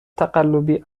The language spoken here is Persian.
تقلبی